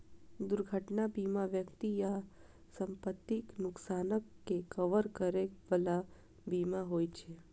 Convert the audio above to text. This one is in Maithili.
दुर्घटना बीमा व्यक्ति आ संपत्तिक नुकसानक के कवर करै बला बीमा होइ छे